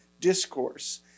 discourse